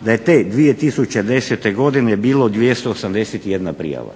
da je te 2010. godine bilo 281 prijava